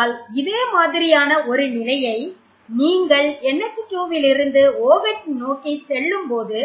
ஆகையால் இதே மாதிரியான ஒரு நிலையை நீங்கள் NH2 விலிருந்து OH நோக்கிச் செல்லும்போது